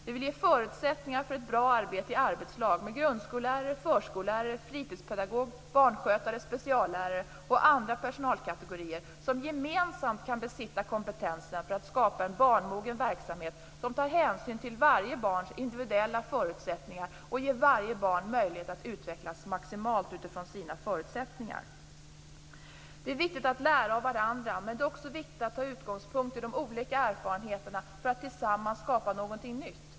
Vi vill ge förutsättningar för ett bra arbete i arbetslag med grundskolelärare, förskollärare, fritidspedagoger, barnskötare, speciallärare och andra personalkategorier som gemensamt kan besitta kompetenserna för att skapa en barnmogen verksamhet. En sådan verksamhet måste ta hänsyn till varje barns individuella förutsättningar och ge varje barn möjlighet att utvecklas maximalt utifrån sina förutsättningar. Det är viktigt att man lär av varandra. Men det är också viktigt att ta sin utgångspunkt i de olika erfarenheterna för att tillsammans skapa något nytt.